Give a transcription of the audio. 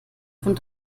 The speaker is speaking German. von